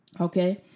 Okay